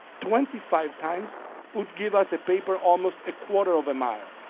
twenty five times would give us a paper almost a quarter of a mile.